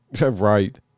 Right